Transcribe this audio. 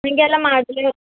ಹೀಗೆಲ್ಲ